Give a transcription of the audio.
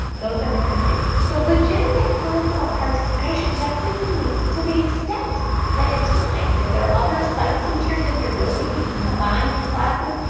those are the kinds of things. so legitimate peripheral participation just simply means to the extent that at times, if there are other psych teachers in your building, you can combine your classes.